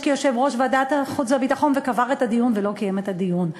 כיושב-ראש ועדת החוץ והביטחון וקבר את הדיון ולא קיים את הדיון.